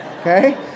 okay